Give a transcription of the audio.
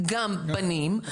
גם בנים,